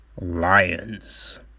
Lions